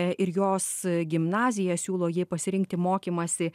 ir jos gimnazija siūlo jai pasirinkti mokymąsi